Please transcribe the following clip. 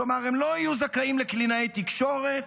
כלומר, הם לא יהיו זכאים לקלינאי תקשורת,